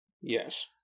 Yes